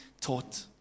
taught